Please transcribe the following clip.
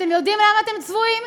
אתם יודעים למה אתם צבועים?